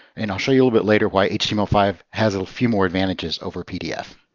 and i'll show you a bit later why h t m l five has a few more advantages over pdf.